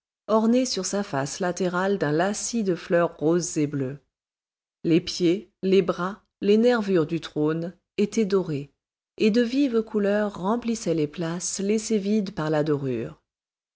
orné sur sa face latérale d'un lacis de fleurs roses et bleues les pieds les bras les nervures du trône étaient dorés et de vives couleurs remplissaient les places laissées vides par la dorure